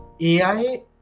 AI